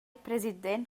president